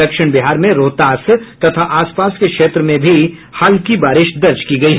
दक्षिण बिहार में रोहतास तथा आस पास के क्षेत्र में भी हल्की बारिश दर्ज की गयी है